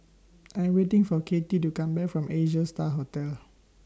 I Am waiting For Cathie to Come Back from Asia STAR Hotel